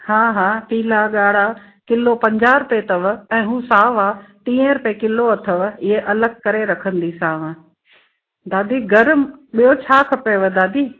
हा हा पीला ॻाढ़ा किलो पंजाह रुपए अथव ऐं हू सावा टीहें रुपए किलो अथव इहे अलॻि करे रखंदीसांव दादी गरम ॿियो छा खपेव दादी